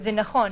זה נכון.